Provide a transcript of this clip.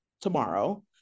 tomorrow